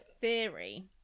theory